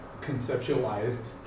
conceptualized